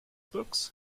books